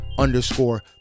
underscore